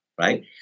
right